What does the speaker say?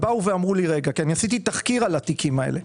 עשיתי תחקיר על התיקים האלה.